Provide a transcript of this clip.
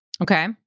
Okay